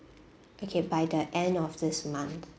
okay by the end of this month